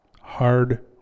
hard